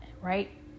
right